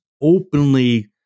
openly